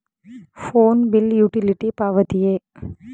Phone bill utility ಪಾವತಿಯೇ?